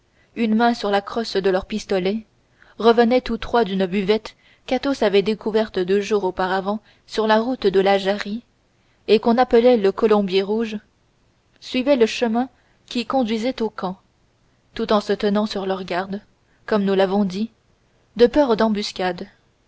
une main sur la crosse de leurs pistolets revenaient tous trois d'une buvette qu'athos avait découverte deux jours auparavant sur la route de la jarrie et qu'on appelait le colombier rouge suivant le chemin qui conduisait au camp tout en se tenant sur leurs gardes comme nous l'avons dit de peur d'embuscade